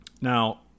Now